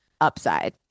upside